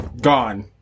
gone